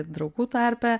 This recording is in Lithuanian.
draugų tarpe